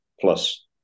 plus